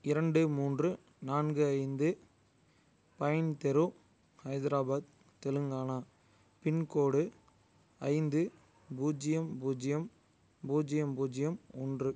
இரண்டு மூன்று நான்கு ஐந்து பைன் தெரு ஹைதராபாத் தெலுங்கானா பின்கோடு ஐந்து பூஜ்யம் பூஜ்யம் பூஜ்யம் பூஜ்யம் ஒன்று